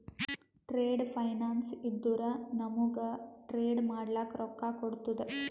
trade finance ಇದ್ದುರ ನಮೂಗ್ trade ಮಾಡ್ಲಕ ರೊಕ್ಕಾ ಕೋಡ್ತುದ